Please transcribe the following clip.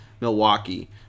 Milwaukee